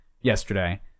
yesterday